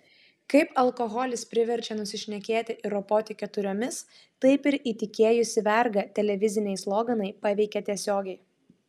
kaip alkoholis priverčia nusišnekėti ir ropoti keturiomis taip ir įtikėjusį vergą televiziniai sloganai paveikia tiesiogiai